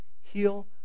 Heal